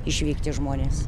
išvykti žmonės